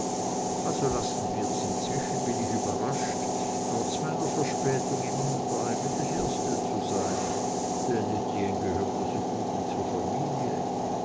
also lassen wir's inzwischen bin ich überrascht trotz meiner verspätung immer noch der eigentlich erste zu sein denn etienne gehört ja so gut wie zur familie